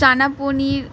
চানা পনির